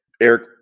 Eric